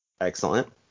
Excellent